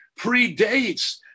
predates